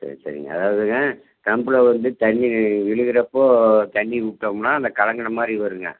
சரி சரிங்க அதாவதுங்க பம்ப்பில் வந்து தண்ணி விழுகிறப்போ தண்ணி விட்டம்னா அந்த கலங்குனமாதிரி வருங்க